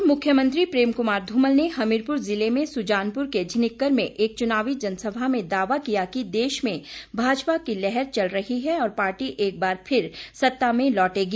पूर्व मुख्यमंत्री प्रेम क्मार ध्मल ने हमीरपुर जिले में सुजानपुर के झिनक्कर में एक चुनावी जनसभा में दावा किया कि देश में भाजपा की लहर चल रही है और पार्टी एक बार फिर सत्ता में लौटेगी